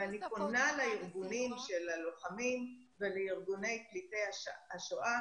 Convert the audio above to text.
אני פונה לארגונים של הלוחמים ולארגוני פליטי השואה,